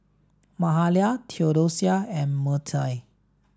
Mahalia Theodosia and Mertie